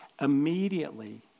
Immediately